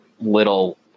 little